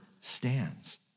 stands